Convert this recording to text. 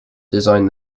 designed